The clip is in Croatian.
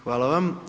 Hvala vam.